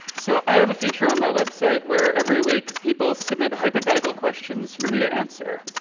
so, i have a feature on my website where every week people submit hypothetical questions for me to answer,